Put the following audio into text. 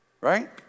Right